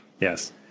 Yes